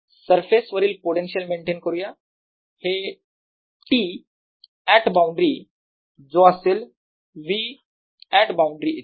surface वरील potential maintain करूया हे T ऍट बाउंड्री जो असेल V ऍट बाउंड्री इतका